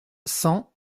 cent